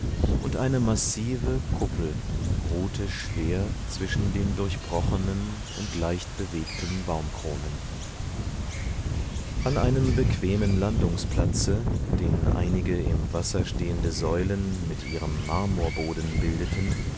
und eine massive kuppel ruhte schwer zwischen den durchbrochenen und leichtbewegten baumkronen an einem bequemen landungsplatze den einige im wasser stehende säulen mit ihrem marmorboden bildeten